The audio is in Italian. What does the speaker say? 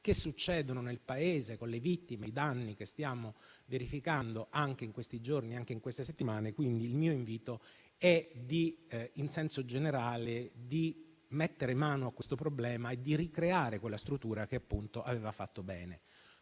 che si verificano nel Paese, con le vittime e i danni che stiamo registrando anche in questi giorni e in queste settimane. Il mio invito è quindi, in senso generale, di mettere mano a questo problema e di ricreare quella struttura che aveva fatto bene.